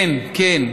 כן, כן,